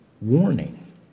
warning